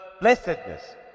blessedness